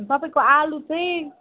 तपाईँको आलु चाहिँ